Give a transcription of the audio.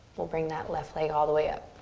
we'll bring that left leg all the way up.